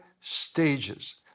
stages